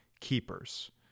keepers